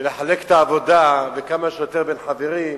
ולחלק את העבודה, וכמה שיותר, בין חברים,